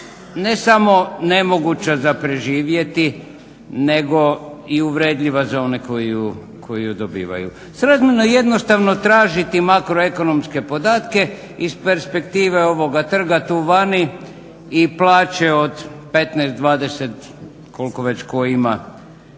ne samo nemoguća za preživjeti nego i uvredljiva za one koji je dobivaju. Srazmjerno je jednostavno tražiti makroekonomske podatke iz perspektive ovoga trga tu vani i plaće od 15, 20 ili koliko već tko ima